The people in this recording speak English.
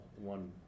one